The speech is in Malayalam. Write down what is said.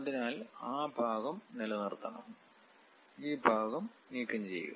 അതിനാൽ ആ ഭാഗം നിലനിർത്തണം ഈ ഭാഗം നീക്കംചെയ്യുക